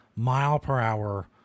...mile-per-hour